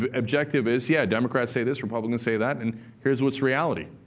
ah objective is, yeah, democrats say this, republicans say that. and here's what's reality.